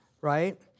right